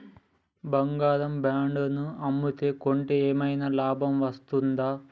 బంగారు బాండు ను అమ్మితే కొంటే ఏమైనా లాభం వస్తదా?